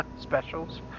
specials